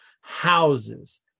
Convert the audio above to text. houses